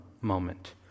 moment